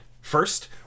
first